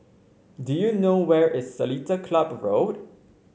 do you know where is Seletar Club Road